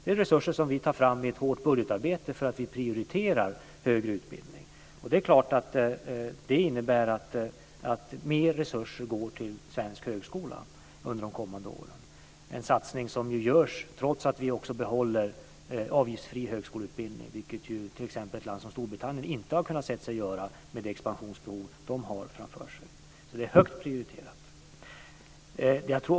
Det är resurser som vi tar fram genom hårt budgetarbete eftersom vi prioriterar högre utbildning. Det innebär att mer resurser går till svensk högskola under de kommande åren. Det är en satsning som görs trots att vi behåller en avgiftsfri högskoleutbildning, vilket ett land som Storbritannien inte har sett sig kunna göra med de expansionsbehov som finns där. Högskolan är högt prioriterad.